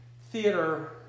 theater